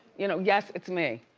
you know yes, it's me.